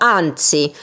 anzi